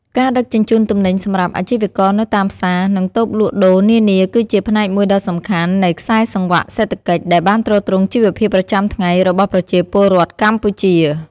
ការដឹកជញ្ជូនទំនិញសម្រាប់អាជីវករនៅតាមផ្សារ និងតូបលក់ដូរនានាគឺជាផ្នែកមួយដ៏សំខាន់នៃខ្សែសង្វាក់សេដ្ឋកិច្ចដែលបានទ្រទ្រង់ជីវភាពប្រចាំថ្ងៃរបស់ប្រជាពលរដ្ឋកម្ពុជា។